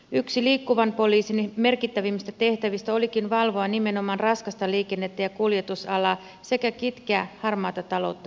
yksi liikkuvan poliisin merkittävimmistä tehtävistä olikin valvoa nimenomaan raskasta liikennettä ja kuljetusalaa sekä kitkeä harmaata taloutta sieltä